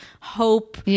hope